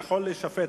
יכול להישפט,